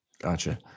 Gotcha